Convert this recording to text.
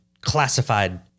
classified